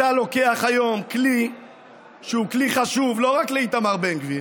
אתה לוקח היום כלי שהוא כלי חשוב לא רק לאיתמר בן גביר,